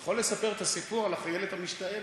יכול לספר את הסיפור על החיילת המשתעלת.